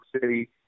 City